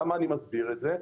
למה אני מסביר את זה?